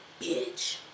bitch